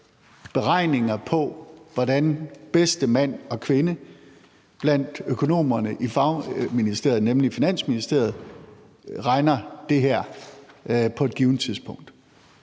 beregninger af, hvordan bedste mand og kvinde blandt økonomerne i fagministeriet, nemlig Finansministeriet, udregner det her på et givent tidspunkt.